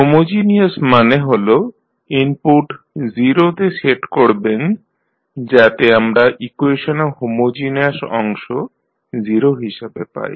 homogeneous মানে হল input 0 তে সেট করবেন যাতে আমরা ইকুয়েশনে হোমোজিনিয়াস অংশ 0 হিসাবে পাই